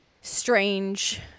strange